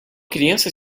criança